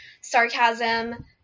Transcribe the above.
sarcasm